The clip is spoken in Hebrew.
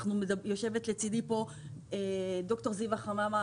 יושבת פה לצידי ד"ר זיוה חממא,